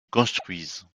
construisent